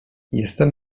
jestem